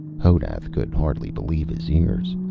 honath could hardly believe his ears.